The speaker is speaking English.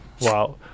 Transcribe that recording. Wow